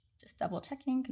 just double checking,